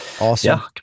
awesome